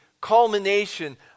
culmination